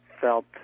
felt